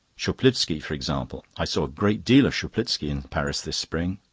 tschuplitski, for example i saw a great deal of tschuplitski in paris this spring.